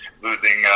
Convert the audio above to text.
Losing